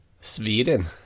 Sweden